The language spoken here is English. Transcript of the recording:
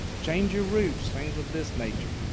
change your routes, things of this nature.